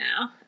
now